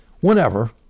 Whenever